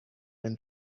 been